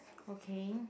okay